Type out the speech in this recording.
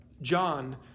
John